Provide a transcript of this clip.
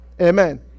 Amen